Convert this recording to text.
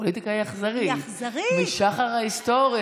פוליטיקה היא אכזרית משחר ההיסטוריה.